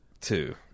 Two